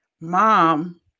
mom